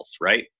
right